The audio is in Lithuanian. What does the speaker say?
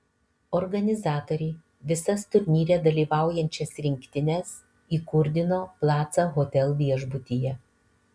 organizatoriai visas turnyre dalyvaujančias rinktines įkurdino plaza hotel viešbutyje